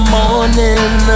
morning